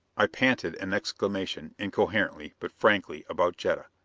i panted an exclamation, incoherently, but frankly, about jetta.